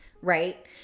Right